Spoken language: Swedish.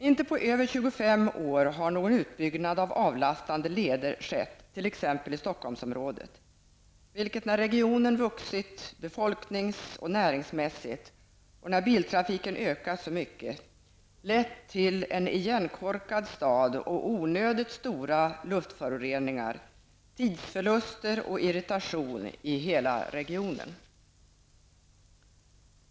Inte på över 25 år har någon utbyggnad av avlastande leder skett t.ex. i Stockholmsområdet, vilket när regionen vuxit befolknings och näringsmässigt samt när biltrafiken ökat så mycket lett till en igenkorkad stad, onödigt stora luftföroreningar, tidsförluster och irritation i hela regionen.